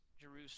Jerusalem